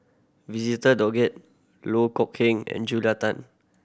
Visitor Doggett Loh Kok Keng and Julia Tan